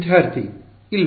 ವಿದ್ಯಾರ್ಥಿ ಇಲ್ಲ